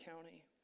County